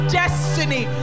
destiny